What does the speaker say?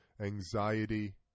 anxiety